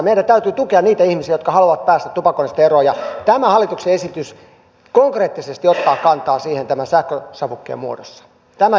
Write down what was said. meidän täytyy tukea niitä ihmisiä jotka haluavat päästä tupakoinnista eroon ja tämä hallituksen esitys konkreettisesti ottaa kantaa siihen tämän sähkösavukkeen muodossa